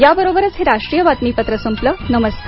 याबरोबरच हे राष्ट्रीय बातमीपत्र संपलं नमस्कार